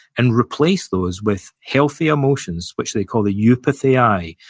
and replace those with healthy emotions, which they call the eupatheiai,